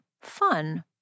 fun